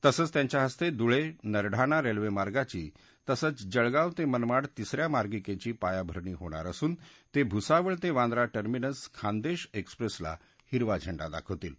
तसंच त्यांच्या हस्ते धुळे नरढाणा रेल्वेमार्गाची तसंच जळगाव ते मनमाड तिस या मार्गिकेची पायाभरणी होणार असून ते भुसावळ ते वांद्र टर्मिनस खान्देश एक्सप्रेसला हिरवा झेंडा दाखवतील